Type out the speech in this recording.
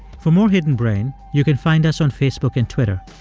for more hidden brain, you can find us on facebook and twitter.